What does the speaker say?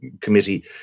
committee